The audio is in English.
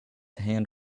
hand